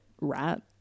rat